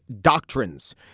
doctrines